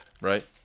right